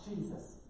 Jesus